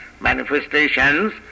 manifestations